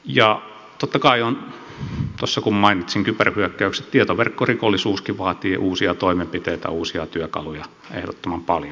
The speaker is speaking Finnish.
ja totta kai tuossa kun mainitsin kyberhyökkäykset tietoverkkorikollisuuskin vaatii uusia toimenpiteitä uusia työkaluja ehdottoman paljon